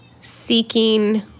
seeking